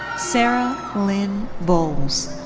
sarah lynn bowles.